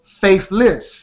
faithless